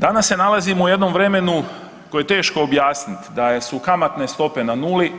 Danas se nalazimo u jednom vremenu koje je teško objasniti da su kamatne stope na nuli,